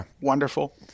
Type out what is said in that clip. wonderful